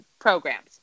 programs